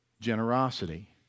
generosity